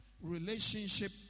relationship